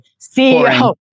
CEO